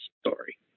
story